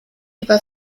über